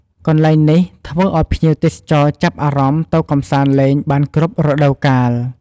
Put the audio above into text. កន្លែងនេះធ្វើឱ្យភ្ញៀវទេសចរចាប់អារម្មណ៍ទៅកម្សាន្តលេងបានគ្រប់រដូវកាល។